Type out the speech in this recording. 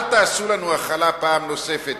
אל תעשו לנו הכלה פעם נוספת.